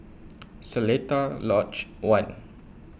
Seletar Lodge one